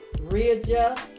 readjust